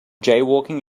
jaywalking